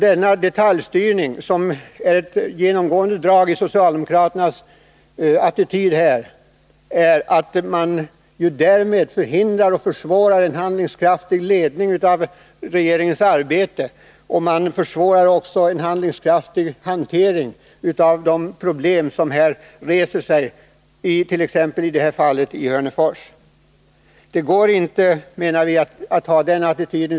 Denna detaljstyrning, som är ett genomgående drag i socialdemokraternas attityd, innebär att man förhindrar eller försvårar ett handlingskraftigt agerande från regeringens sida och en målmedveten hantering av de problem som reser sig i t.ex. Hörnefors. Det går inte att ha den attityden.